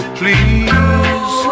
please